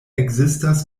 ekzistas